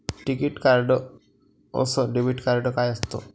टिकीत कार्ड अस debit card काय असत?